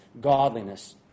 godliness